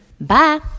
Bye